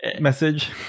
message